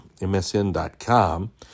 msn.com